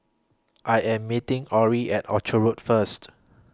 I Am meeting Orrie At Orchard Road First